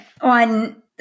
on